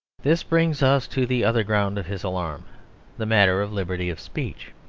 this brings us to the other ground of his alarm the matter of liberty of speech.